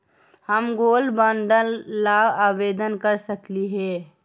हम gold bond ला आवेदन कर सकली हे?